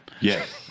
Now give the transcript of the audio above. Yes